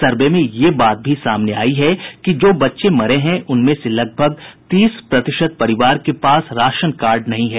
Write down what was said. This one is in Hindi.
सर्वे में यह बात भी सामने आई है कि जो बच्चे मरे हैं उनमें से लगभग तीस प्रतिशत परिवार के पास राशनकार्ड भी नहीं है